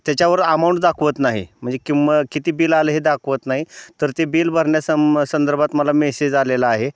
त्याच्यावर अमाऊंट दाखवत नाही म्हणजे किंमत किती बिल आलं हे दाखवत नाही तर ते बिल भरण्या सम संदर्भात मला मेसेज आलेला आहे